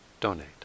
donate